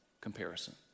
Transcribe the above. comparison